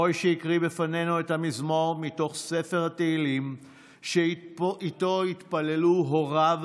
מוישי הקריא בפנינו את המזמור מתוך ספר תהילים שאיתו התפללו הוריו,